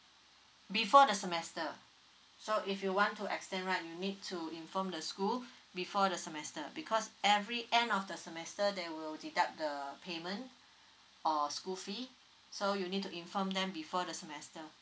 before the semester so if you want to extend right you need to inform the school before the semester because every end of the semester they will deduct the payment or school fee so you need to inform them before the semester